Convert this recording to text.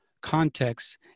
context